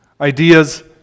Ideas